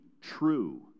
true